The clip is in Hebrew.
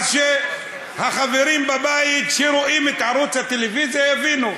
אז שהחברים בבית שרואים את ערוץ הטלוויזיה יבינו.